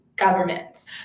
Governments